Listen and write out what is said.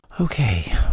Okay